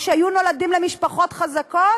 או שהיו נולדים למשפחות חזקות,